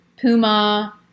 Puma